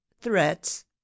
threats